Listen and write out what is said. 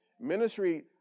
Ministry